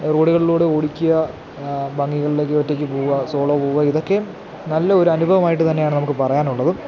റോഡുകളിലൂടെ ഓടിക്കുക ഭംഗികളിലേക്ക് ഒറ്റക്ക് പോകുക സോളോ പോകുക ഇതൊക്കെ നല്ല ഒരു അനുഭവമായിട്ടു തന്നെയാണ് നമുക്ക് പറയാനുള്ളതും